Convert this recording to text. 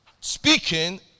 speaking